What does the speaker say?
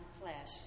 flesh